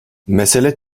mesele